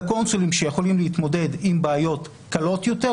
וקונסולים שיכולים להתמודד עם בעיות קלות יותר,